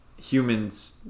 humans